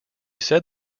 said